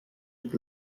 with